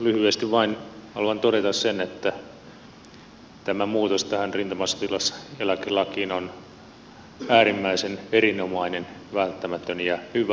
lyhyesti vain haluan todeta sen että tämä muutos tähän rintamasotilaseläkelakiin on äärimmäisen erinomainen välttämätön ja hyvä